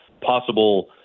possible